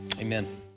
amen